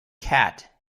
cat